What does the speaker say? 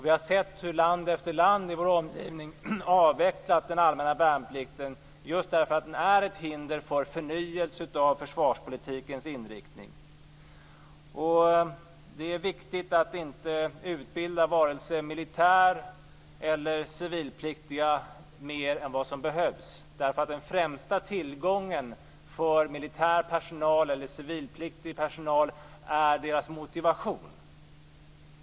Vi har sett hur land efter land i vår omgivning avvecklat den allmänna värnplikten just därför att den är ett hinder för förnyelse av försvarspolitikens inriktning. Det är viktigt att inte utbilda vare sig militär eller civilpliktiga mer än vad som behövs, därför att den främsta tillgången för militär personal och civilpliktig personal är deras motivation.